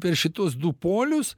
per šituos du polius